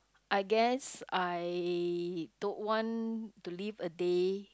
I guess I don't want to live a day